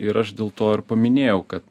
ir aš dėl to ir paminėjau kad